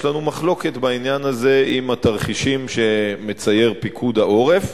יש לנו מחלוקת בעניין הזה לגבי התרחישים שמצייר פיקוד העורף.